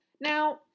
Now